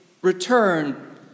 return